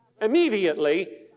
Immediately